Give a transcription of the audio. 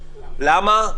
למה?